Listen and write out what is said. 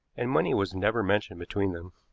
and money was never mentioned between them.